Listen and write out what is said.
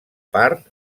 part